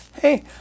hey